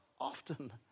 often